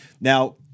Now